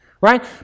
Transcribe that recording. right